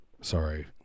Sorry